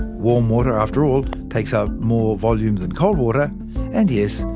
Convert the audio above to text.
warm water, after all, takes up more volume than cold water and yes,